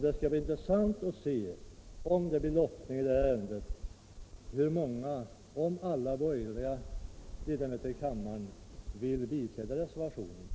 Det skall bli intressant att se om alla borgerliga ledamöter av kammaren biträder reservationen och om det blir lottning i detta ärende.